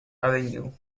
avenue